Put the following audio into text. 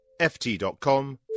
ft.com